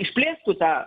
išplėstų tą